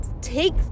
take